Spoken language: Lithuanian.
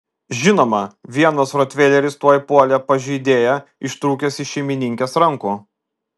žinoma vienas rotveileris tuoj puolė pažeidėją ištrūkęs iš šeimininkės rankų